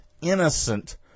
innocent